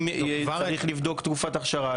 אם צריך לבדוק תקופת אכשרה,